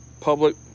public